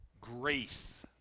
grace